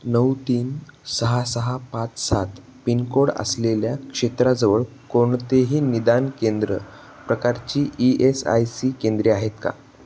नऊ तीन सहा सहा पाच सात पिनकोड असलेल्या क्षेत्राजवळ कोणतेही निदान केंद्र प्रकारची ई एस आय सी केंद्रे आहेत का